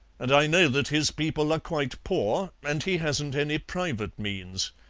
and i know that his people are quite poor, and he hasn't any private means.